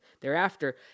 thereafter